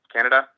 Canada